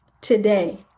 today